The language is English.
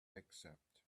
excerpt